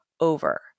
over